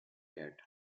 cat